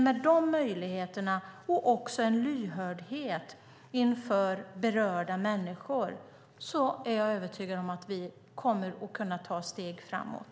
Med dessa möjligheter och med en lyhördhet inför berörda människor är jag övertygad om att vi kommer att kunna ta steg framåt.